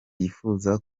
yifuza